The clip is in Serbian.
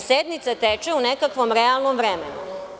Sednica teče u nekakvom realnom vremenu.